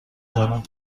زنم